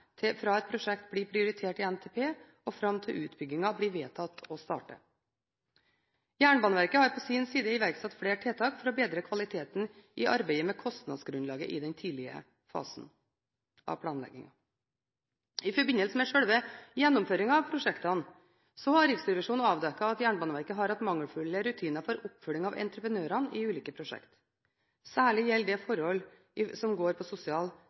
fra et prosjekt blir prioritert i NTP og fram til utbyggingen blir vedtatt og startet. Jernbaneverket har på sin side iverksatt flere tiltak for å bedre kvaliteten i arbeidet med kostnadsgrunnlaget i den tidlige fasen av planleggingen. I forbindelse med sjølve gjennomføringen av prosjektene har Riksrevisjonen avdekket at Jernbaneverket har hatt mangelfulle rutiner for oppfølging av entreprenørene i ulike prosjekter. Særlig gjelder det forhold som går på